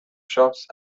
shops